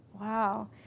Wow